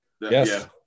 Yes